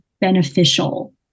beneficial